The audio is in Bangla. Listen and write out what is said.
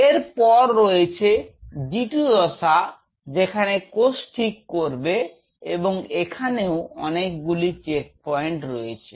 এরপর রয়েছে G2 দশা যেখানে কোষ ঠিক করবে এবং এখানেও অনেকগুলি চেক পয়েন্ট রয়েছে